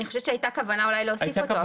אני חושבת שהייתה כוונה אולי להוסיף אותו,